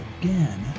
again